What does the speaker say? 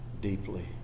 deeply